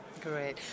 Great